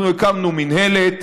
אנחנו הקמנו מינהלת.